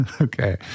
Okay